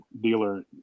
dealer